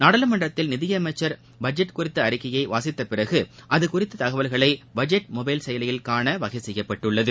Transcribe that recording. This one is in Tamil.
நாடாளுமன்றத்தில் நிதியமைச்சர் பட்ஜெட் குறித்த அறிக்கையை வாசித்த பிறகு அதுகுறித்த தகவல்களை பட்ஜெட் மொபைல் செயலியில் காண வகை செய்யப்பட்டுள்ளது